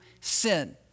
sin